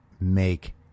make